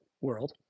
world